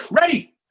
Ready